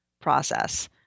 process